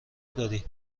داری